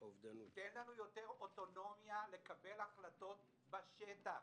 תן לנו יותר אוטונומיה לקבל החלטות בשטח.